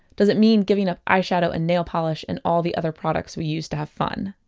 does it mean giving up eyeshadow and nail polish and all the other products we use to have fun?